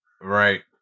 Right